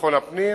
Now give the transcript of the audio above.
וביטחון הפנים.